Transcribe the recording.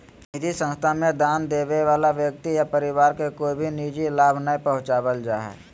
निधि संस्था मे दान देबे वला व्यक्ति या परिवार के कोय भी निजी लाभ नय पहुँचावल जा हय